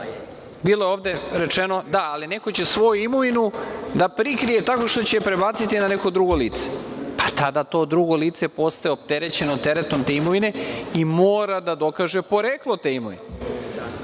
je ovde rečeno – da, ali neko će svoju imovinu da prikrije tako što će je prebaciti na neko drugo lice. Pa, tada to drugo lice postaje opterećeno teretom te imovine i mora da dokaže poreklo te imovine.